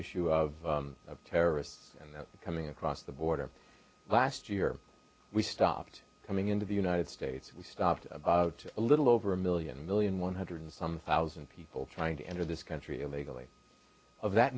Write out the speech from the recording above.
issue of terrorists and coming across the border last year we stopped coming into the united states we stopped about a little over a million a million one hundred thousand people trying to enter this country illegally of that